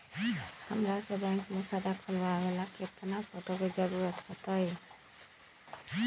हमरा के बैंक में खाता खोलबाबे ला केतना फोटो के जरूरत होतई?